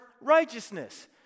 righteousness